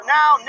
now